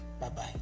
Bye-bye